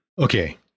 Okay